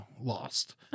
lost